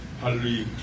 hallelujah